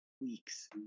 weeks